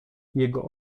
jego